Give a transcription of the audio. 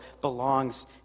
belongs